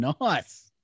nice